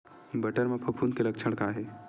बटर म फफूंद के लक्षण का हे?